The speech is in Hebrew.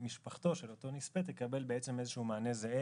משפחתו של אותו נספה תקבל מענה זהה